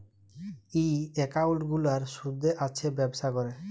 ই account গুলার সুদ আসে ব্যবছা ক্যরে